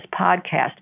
podcast